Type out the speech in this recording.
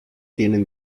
tienen